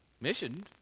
mission